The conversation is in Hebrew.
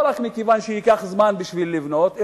לא רק מכיוון שייקח זמן לבנות,